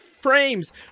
frames